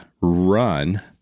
run